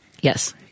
Yes